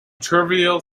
trivial